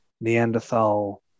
Neanderthal